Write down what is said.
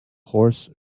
horse